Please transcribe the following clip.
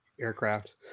aircraft